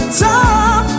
top